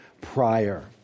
prior